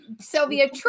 Sylvia